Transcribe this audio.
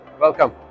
welcome